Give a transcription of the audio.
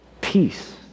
Peace